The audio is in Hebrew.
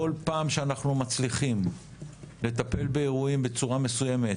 כל פעם שאנחנו מצליחים לטפל באירועים בצורה מסוימת